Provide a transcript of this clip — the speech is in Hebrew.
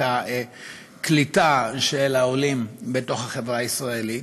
הקליטה של העולים בתוך החברה הישראלית,